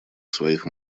своих